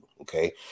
okay